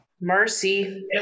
Mercy